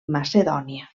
macedònia